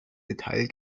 detail